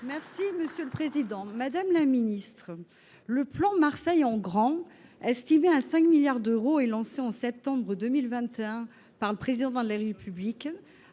et Social Européen. Madame la ministre, le plan Marseille en grand, estimé à 5 milliards d’euros et lancé en septembre 2021 par le Président de la République,